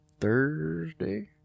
Thursday